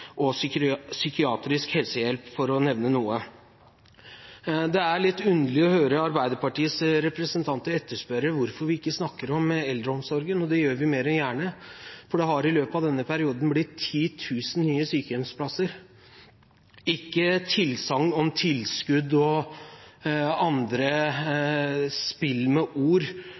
eller trenger psykiatrisk helsehjelp, for å nevne noe. Det er litt underlig å høre Arbeiderpartiets representanter etterspørre hvorfor vi ikke snakker om eldreomsorgen. Det gjør vi mer enn gjerne, for det har i løpet av denne perioden blitt 10 000 nye sykehjemsplasser – ikke tilsagn om tilskudd og annet spill med ord